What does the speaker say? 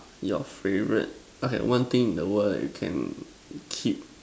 your favorite okay one thing in the world you can keep